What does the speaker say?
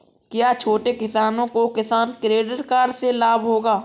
क्या छोटे किसानों को किसान क्रेडिट कार्ड से लाभ होगा?